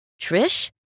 Trish